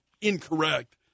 incorrect